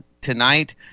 tonight